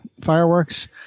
fireworks